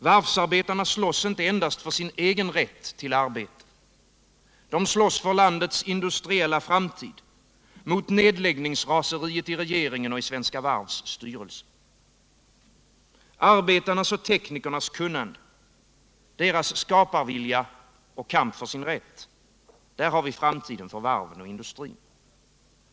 Varvsarbetarna slåss inte endast för sin egen rätt till arbete. De slåss för landets industriella framtid mot nedläggningsraseriet i regeringen och i Svenska Varvs styrelse. Arbetarnas och teknikernas kunnande, deras skaparvilja och kamp för sin rätt — där har vi framtiden för varven och industrin.